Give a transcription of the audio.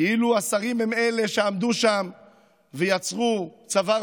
כאילו השרים הם אלה שעמדו שם ויצרו צוואר